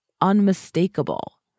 unmistakable